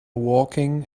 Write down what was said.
walking